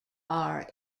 are